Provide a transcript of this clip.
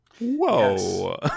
Whoa